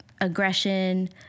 aggression